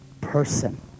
person